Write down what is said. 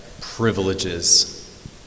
privileges